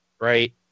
right